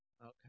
Okay